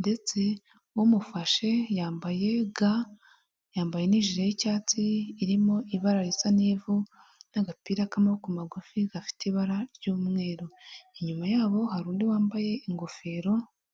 ndetse umufashe yambaye ga yambaye nijire y'icyatsi irimo ibara risa n'ivu, n'agapira k'amaboko magufi gafite ibara ry'umweru, inyuma yabo hari undi wambaye ingofero.